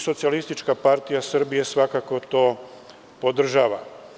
Socijalistička partija Srbije svakako to podržava.